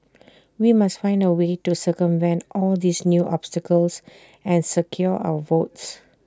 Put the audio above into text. we must find A way to circumvent all these new obstacles and secure our votes